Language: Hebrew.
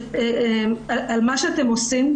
על מה שאתם עושים.